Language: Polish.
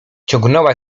ciągnęła